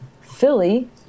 philly